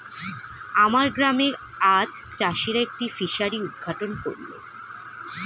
আমার গ্রামে আজ চাষিরা একটি ফিসারি উদ্ঘাটন করল